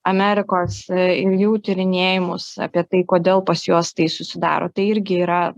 amerikos ir jų tyrinėjimus apie tai kodėl pas juos tai susidaro tai irgi yra